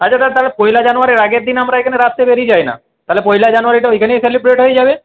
আচ্ছা তা তাহলে পয়লা জানুয়ারি আগের দিন রাত্রে আমরা বেরিয়ে যাই না তাহলে পয়লা জানুয়ারিটা ওইখানেই সেলিব্রেট হয়ে যাবে